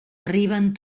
arriben